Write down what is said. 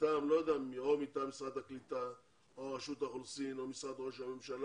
או מטעם משרד הקליטה או מטעם רשות האוכלוסין או מטעם משרד ראש הממשלה